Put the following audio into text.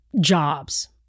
jobs